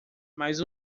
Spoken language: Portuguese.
mas